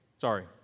sorry